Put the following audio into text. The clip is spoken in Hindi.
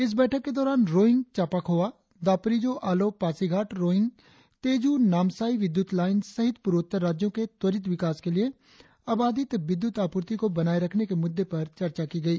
इस बैठक के दौरान रोईंग चापाखोवा दापोरिजो आलो पासीघाट रोईंग तेजू नामसाई विद्युत लाईन सहित पूर्वोत्तर राज्यों के त्वरित विकास के लिए अबाधित विद्युत आपूर्ति को बनाए रखने के मुद्दे पर चर्चा की गई